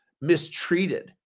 mistreated